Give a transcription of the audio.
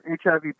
HIV